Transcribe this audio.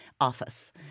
office